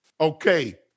Okay